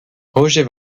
roger